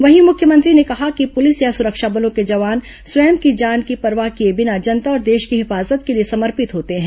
वहीं मुख्यमंत्री ने कहा कि पुलिस या सुरक्षा बलों के जवान स्वयं की जान की परवाह किए बिना जनता और देश की हिफाजत के लिए समर्पित होते हैं